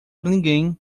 ninguém